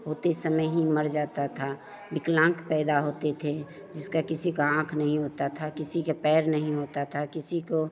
होते समय ही मर जाता था विकलांग पैदा होते थे जिसका किसी की आँख नहीं होती था किसी का पैर नहीं होता था किसी को